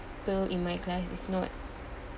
in my class is not